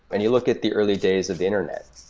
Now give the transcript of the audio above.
and you look at the early days of the internet,